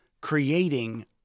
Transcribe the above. creating